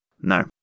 No